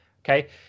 Okay